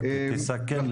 תסכם בבקשה.